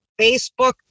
Facebook